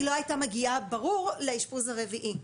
ברור שהיא לא הייתה מגיעה לאשפוז הרביעי.